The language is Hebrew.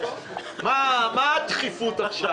מה הדחיפות עכשיו?